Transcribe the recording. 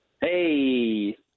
hey